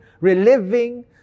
reliving